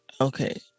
okay